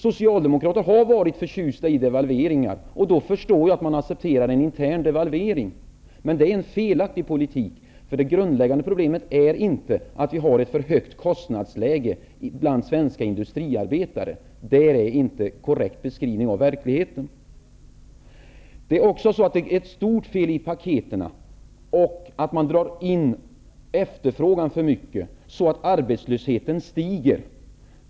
Socialdemokraterna har varit förtjusta i devalveringar, och då förstår jag att man accepterar en intern devalvering. Det är emellertid en felaktig politik, eftersom det grundläggande problemet inte är att vi har ett för högt löneläge bland svenska industriarbetare. Det är inte en korrekt beskrivning av verkligheten. Ett stort fel i paketen är att man drar in efterfrågan för mycket, så att arbetslösheten stiger.